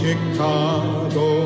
Chicago